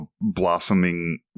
blossoming